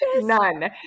none